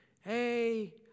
Hey